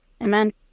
Amen